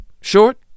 short